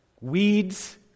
weeds